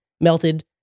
melted